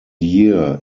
year